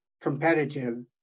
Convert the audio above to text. competitive